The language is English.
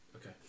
Okay